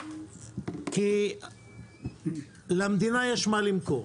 כי למדינה יש מה למכור.